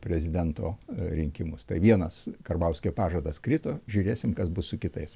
prezidento rinkimus tai vienas karbauskio pažadas krito žiūrėsim kas bus su kitais